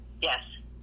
yes